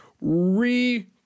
re